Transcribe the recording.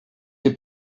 der